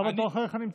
הבא בתור אחריך נמצא.